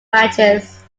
matches